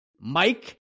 Mike